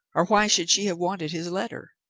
or why should she have wanted his letter?